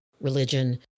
religion